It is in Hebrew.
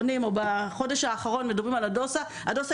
בחודש האחרון מדברים על דוסה הדוסה